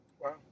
Wow